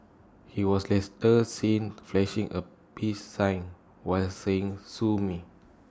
he was seen flashing A peace sign while saying sue me